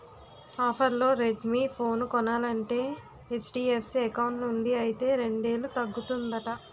ఆఫర్లో Redmi phone కొనాలంటే HDFC account నుండి అయితే రెండేలు తగ్గుతుందట